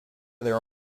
their